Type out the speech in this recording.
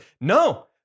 no